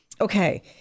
Okay